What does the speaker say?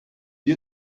you